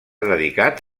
dedicat